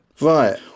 Right